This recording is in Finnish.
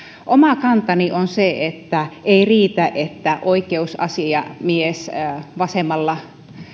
oma kantani on se että ei riitä että oikeusasiamies vasemmalla